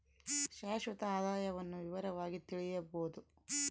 ಶಾಶ್ವತ ಆದಾಯವನ್ನು ವಿವರವಾಗಿ ತಿಳಿಯಬೊದು